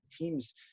teams